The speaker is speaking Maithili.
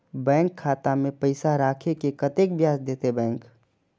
बैंक खाता में पैसा राखे से कतेक ब्याज देते बैंक?